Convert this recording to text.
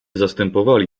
zastępowali